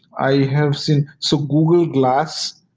i have seen so google glass,